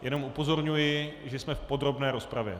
Jenom upozorňuji, že jsme v podrobné rozpravě.